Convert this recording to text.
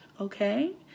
okay